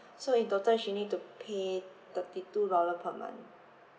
so in total she need to pay thirty two dollar per month